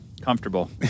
comfortable